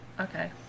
Okay